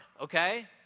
okay